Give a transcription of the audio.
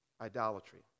idolatry